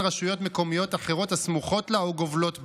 רשויות מקומיות אחרות הסמוכות לה או גובלות בה.